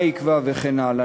מה יקבע וכן הלאה.